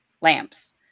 lamps